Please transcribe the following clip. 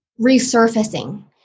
Resurfacing